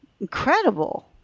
incredible